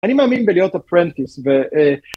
‫אני מאמין בלהיות אופרנטיס.